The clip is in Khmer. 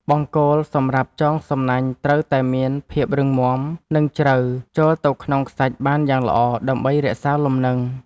បង្គោលសម្រាប់ចងសំណាញ់ត្រូវតែមានភាពរឹងមាំ និងជ្រៅចូលទៅក្នុងខ្សាច់បានយ៉ាងល្អ ដើម្បីរក្សាលំនឹង។